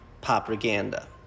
propaganda